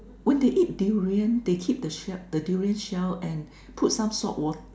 when they eat durian they keep shell the durian shell and put some hot